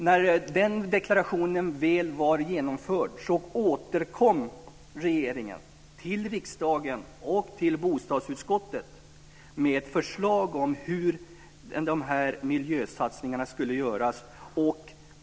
När denna deklaration väl var genomförd återkom regeringen till riksdagen och till bostadsutskottet med ett förslag om hur dessa miljösatsningar skulle göras.